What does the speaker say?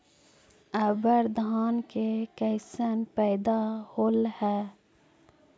अबर धान के कैसन पैदा होल हा?